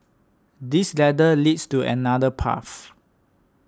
this ladder leads to another path